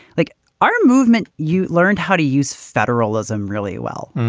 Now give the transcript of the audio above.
like our movement. you learned how to use federalism really well.